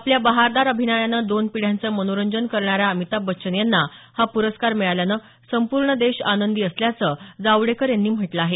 आपल्या बहारदार अभिनयानं दोन पिढ्यांचं मनोरंजन करणाऱ्या अमिताभ बच्चन यांना हा पुरस्कार मिळाल्यानं संपूर्ण देश आनंदी असल्याचं जावडेकर यांनी म्हटलं आहे